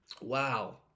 Wow